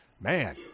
man